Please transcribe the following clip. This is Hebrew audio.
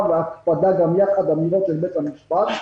והקפדה גם יחד אמירה של בית המשפט.